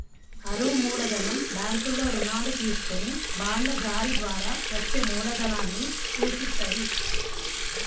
అరువు మూలధనం బ్యాంకుల్లో రుణాలు తీసుకొని బాండ్ల జారీ ద్వారా వచ్చే మూలధనాన్ని సూచిత్తది